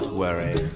worry